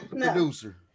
Producer